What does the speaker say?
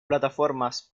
plataformas